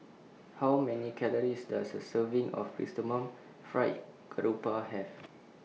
How Many Calories Does A Serving of Chrysanthemum Fried Garoupa Have